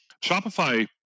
Shopify